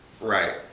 right